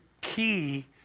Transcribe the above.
key